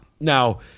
Now